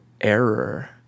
error